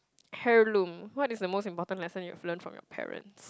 heirloom what is the most important lesson you learnt from your parents